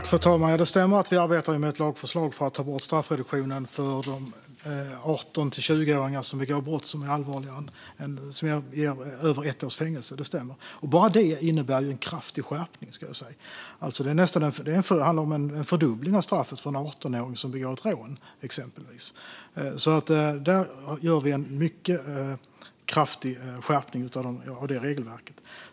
Fru talman! Det stämmer att vi arbetar med ett lagförslag för att ta bort straffreduktionen för 18-20-åringar som begår brott som är allvarliga och som ger över ett års fängelse. Det ska sägas att redan detta innebär en kraftig skärpning. Det handlar exempelvis om en fördubbling av straffet för en 18-åring som begår ett rån. Där gör vi alltså en mycket kraftig skärpning av regelverket.